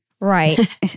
Right